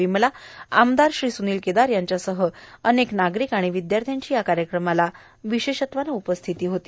विमला आमदार श्री सुनिल केदार यांच्यासह अनेक नागरिक आणि विद्यार्थ्यांची कार्यक्रमाला विशेषत्वानं उपस्थिती होती